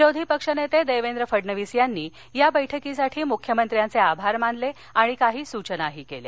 विरोधी पक्षनेते देवेंद्र फडणवीस यांनी या बैठकीसाठी मुख्यमंत्र्यांचे आभार मानून काही सूचना केल्या